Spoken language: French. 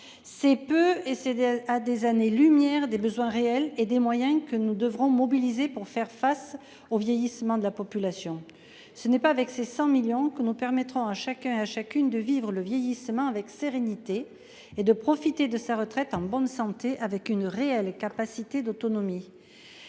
c'est même à des années-lumière des besoins réels et des moyens que nous devrons mobiliser pour faire face au vieillissement de la population. Ce n'est pas avec ces 100 millions d'euros que nous permettrons à chacun de vivre le vieillissement avec sérénité et de profiter d'une retraite en bonne santé, avec une réelle capacité d'autonomie.